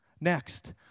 Next